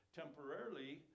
temporarily